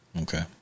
Okay